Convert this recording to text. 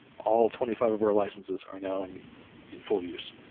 all twenty five of our licences are now in in full use.